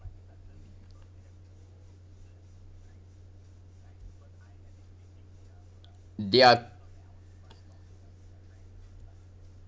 they are